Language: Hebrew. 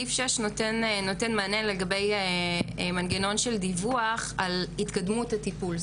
הסעיף נותן מענה לגבי מנגנון של דיווח על התקדמות הטיפול,